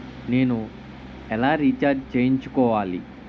నేను ఎలా రీఛార్జ్ చేయించుకోవాలి?